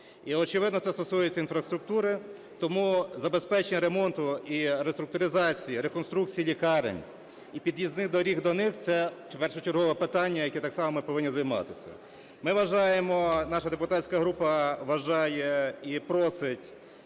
І, очевидно, це стосується інфраструктури. Тому забезпечення ремонту і реструктуризація, реконструкція лікарень і під'їзних доріг до них – це першочергове питання, яким так само ми повинні займатися. Ми вважаємо, наша депутатська група вважає і просить